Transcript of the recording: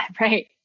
Right